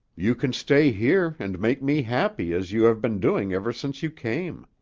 you can stay here and make me happy as you have been doing ever since you came.